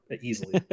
easily